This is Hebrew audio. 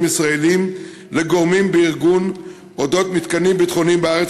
ישראלים לגורמים בארגון על מתקנים ביטחוניים בארץ,